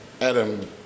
Adam